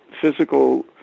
physical